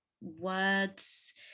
words